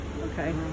okay